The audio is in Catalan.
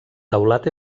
teulat